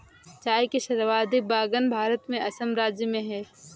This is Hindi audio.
चाय के सर्वाधिक बगान भारत में असम राज्य में है